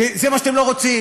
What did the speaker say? זה מה שאתם לא רוצים,